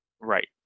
Right